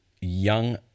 young